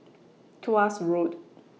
Tuas Road